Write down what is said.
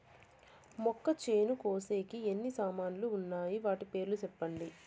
మొక్కచేను కోసేకి ఎన్ని సామాన్లు వున్నాయి? వాటి పేర్లు సెప్పండి?